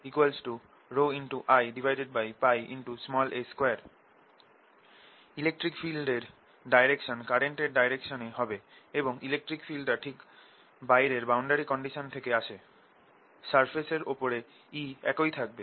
Eρj ρIa2 electric ফিল্ডের direction কারেন্টের ডাইরেকশনে হবে এবং ইলেকট্রিক ফিল্ডটা ঠিক বাইরের বাউন্ডারি কন্ডিশান থেকে আসে সারফেসের এর ওপরে E একই থাকবে